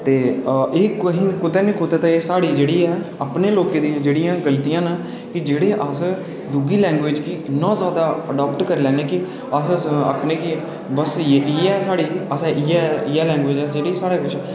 ते एह कुतै नां कुतै साढ़ी जेह्ड़ी ऐ अपने लोकें दियां जेह्डियां गलतियां न कि जेह्ड़े अस दूई लैंग्वेज गी इन्ना ज्यादा अडाॅपट करी लैन्ने आं अस आखने आं के बस इ'यै साढ़ी लैंग्वेज